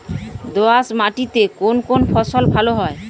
দোঁয়াশ মাটিতে কোন কোন ফসল ভালো হয়?